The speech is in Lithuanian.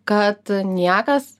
kad niekas